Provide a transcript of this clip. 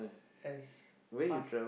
has ask